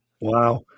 wow